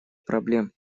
проблем